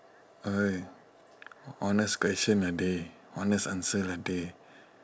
!oi! honest question ah dey honest answer lah dey